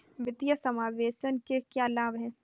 वित्तीय समावेशन के क्या लाभ हैं?